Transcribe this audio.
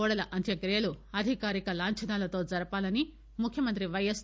కోడెల అంత్యక్రియలు అధికారిక లాంఛనాలతో జరపాలని ముఖ్యమంత్రి పైఎస్